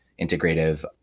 integrative